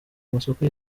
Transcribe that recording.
masoko